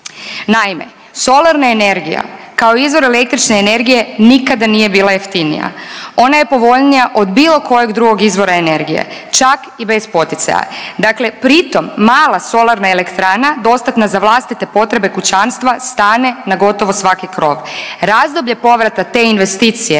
Naime, solarna energija, kao izvor električne energije nikada nije bila jeftinija, ona je povoljnija od bilo kojeg drugog izvora energije, čak i bez poticaja. Dakle, pritom mala solarna elektrana, dostatna na vlastite potrebe kućanstva stane na gotovo svaki krov. Razdoblje povrata te investicije